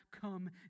come